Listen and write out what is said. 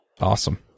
Awesome